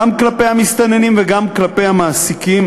גם כלפי המסתננים וגם כלפי המעסיקים,